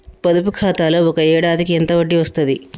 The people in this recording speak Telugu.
పొదుపు ఖాతాలో ఒక ఏడాదికి ఎంత వడ్డీ వస్తది?